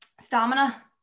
Stamina